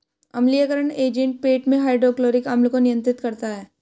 अम्लीयकरण एजेंट पेट में हाइड्रोक्लोरिक अम्ल को नियंत्रित करता है